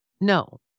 No